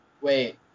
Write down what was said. wait